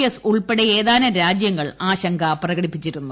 S ഉൾപ്പെടെ ഏതാനും രാജൃങ്ങൾ ആശങ്ക പ്രകടിപ്പിച്ചിരുന്നു